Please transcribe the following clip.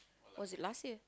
was it last year